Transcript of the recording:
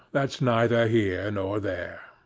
that's neither here nor there.